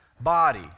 body